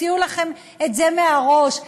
תוציאו לכם את זה מהראש,